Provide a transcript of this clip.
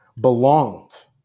belonged